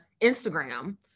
Instagram